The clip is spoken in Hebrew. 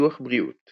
ביטוח בריאות